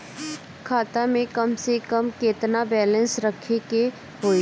खाता में कम से कम केतना बैलेंस रखे के होईं?